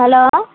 hello